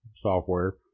software